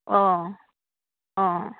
अ अ